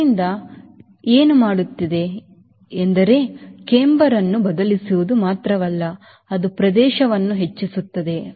ಆದ್ದರಿಂದ ಅದು ಏನು ಮಾಡುತ್ತಿದೆ ಎಂದರೆ ಕ್ಯಾಂಬರ್ ಅನ್ನು ಬದಲಿಸುವುದು ಮಾತ್ರವಲ್ಲ ಅದು ಪ್ರದೇಶವನ್ನು ಹೆಚ್ಚಿಸುತ್ತಿದೆ